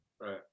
Right